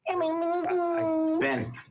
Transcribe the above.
Ben